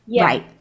right